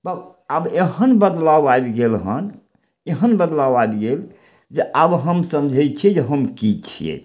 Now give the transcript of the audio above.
तब आब एहन बदलाब आबि गेल हन एहन बदलाव आबि गेल जे आब हम समझय छियै जे हम की छियै